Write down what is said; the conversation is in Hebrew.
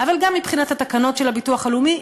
אבל גם מבחינת התקנות של הביטוח הלאומי.